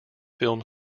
film